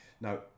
Now